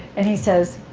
and he says,